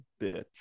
bitch